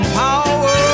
power